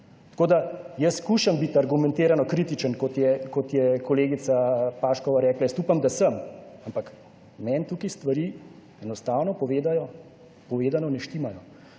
Tako da jaz skušam biti argumentirano kritičen, kot je, kot je kolegica Pašek rekla. Jaz upam, da sem, ampak meni tukaj stvari, enostavno povedano, ne štimajo.